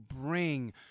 bring